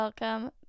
Welcome